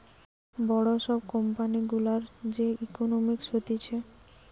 বড় সব কোম্পানি গুলার যে ইকোনোমিক্স হতিছে